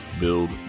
build